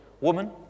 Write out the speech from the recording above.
woman